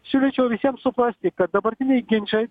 siūlyčiau visiem suprasti kad dabartiniai ginčai